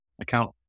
account